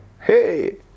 Hey